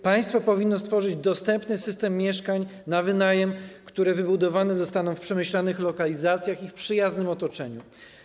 Państwo powinno stworzyć dostępny system mieszkań na wynajem, które wybudowane zostaną w przemyślanych lokalizacjach i w przyjaznym otoczeniu.